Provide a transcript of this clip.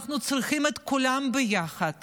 אנחנו צריכים את כולם ביחד